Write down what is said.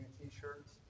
t-shirts